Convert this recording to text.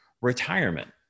retirement